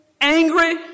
angry